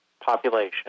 population